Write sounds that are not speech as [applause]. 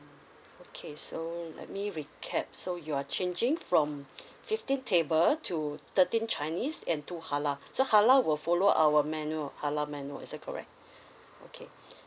okay so let me recap so you are changing from fifteen table to thirteen chinese and two halal so halal will follow our menu halal menu is that correct [breath] okay